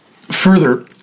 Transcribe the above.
Further